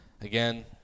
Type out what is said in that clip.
again